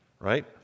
right